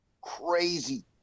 crazy